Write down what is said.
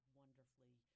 wonderfully